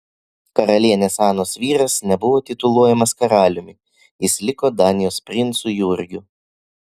karalienės anos vyras nebuvo tituluojamas karaliumi jis liko danijos princu jurgiu